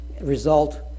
result